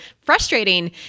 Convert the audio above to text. frustrating